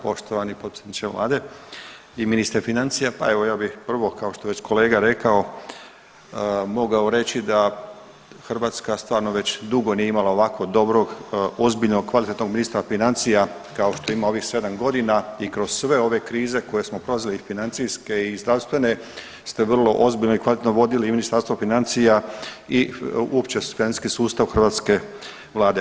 Poštovani potpredsjedniče vlade i ministre financija, pa evo ja bih prvo kao što je već kolega rekao mogao reći da Hrvatska stvarno već dugo nije imala ovako dobrog, ozbiljnog, kvalitetnog ministra financija kao što ima ovih 7 godina i kroz sve ove krize koje smo prolazili i financijske i zdravstvene ste vrlo ozbiljno i kvalitetno vodili Ministarstvo financija i uopće financijski sustav hrvatske vlade.